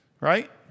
Right